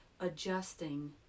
adjusting